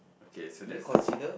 okay so that's the ch~